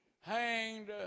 hanged